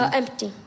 empty